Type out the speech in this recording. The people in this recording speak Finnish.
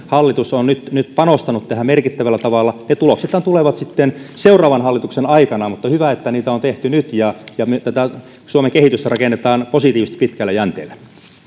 hallitus on nyt nyt panostanut tähän merkittävällä tavalla ja tuloksethan tulevat sitten seuraavan hallituksen aikana mutta on hyvä että niitä on tehty nyt ja ja me tätä suomen kehitystä rakennamme positiivisesti pitkällä jänteellä